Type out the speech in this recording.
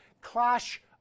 clash